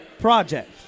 project